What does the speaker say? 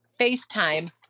FaceTime